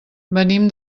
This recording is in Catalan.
venim